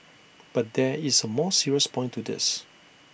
but there is A more serious point to this